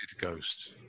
ghost